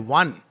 one